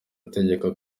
ategeka